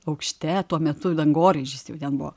aukšte tuo metu dangoraižis jau ten buvo